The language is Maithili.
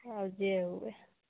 हँ जे हुवए